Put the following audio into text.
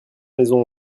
maisons